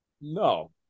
No